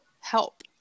help